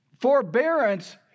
forbearance